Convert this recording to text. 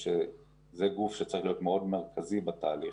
זה גוף שצריך להיות מרכזי מאוד בתהליך.